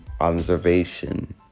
observation